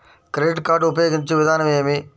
Credit card ఉపయోగించే విధానం ఏమి?